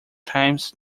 times